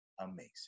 amazing